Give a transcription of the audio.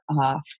off